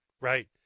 right